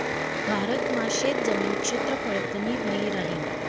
भारत मा शेतजमीन क्षेत्रफळ कमी व्हयी राहीन